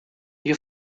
you